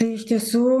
tai iš tiesų